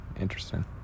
Interesting